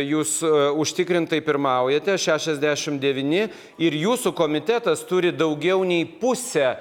jūs užtikrintai pirmaujate šešiasdešimt devyni ir jūsų komitetas turi daugiau nei pusę